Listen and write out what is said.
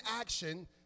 action